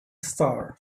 star